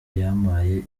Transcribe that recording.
yampaye